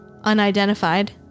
unidentified